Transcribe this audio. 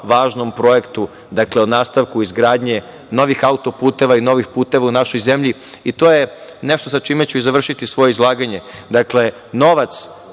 važnom projektu, o nastavku izgradnje autoputeva i novih puteva u našoj zemlji i to je nešto sa čime ću završiti svoje izlaganje. Dakle, novac